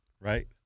right